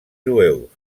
jueus